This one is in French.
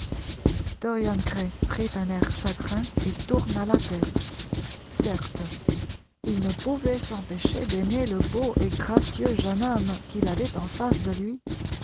dorian gray prit un air chagrin et tourna la tête certes il ne pouvait s'empêcher d'aimer le beau et gracieux jeune homme qu'il avait en face de lui